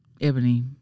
Ebony